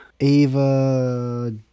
Ava